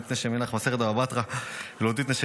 לא נתנשי מנך מסכת בבא בתרא ולא תתנשי